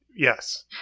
Yes